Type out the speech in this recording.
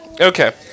okay